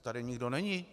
Tady nikdo není?